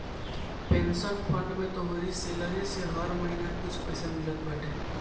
pension fund में तोहरी salary से हर महिना कुछ पईसा मिलत बाटे